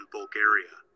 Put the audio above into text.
Bulgaria